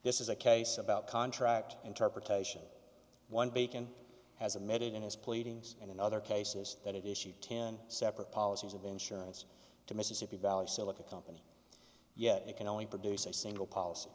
this is a case about contract interpretation one bacon has admitted in his pleadings and in other cases that issue ten separate policies of insurance to mississippi valley silica company yet it can only produce a single policy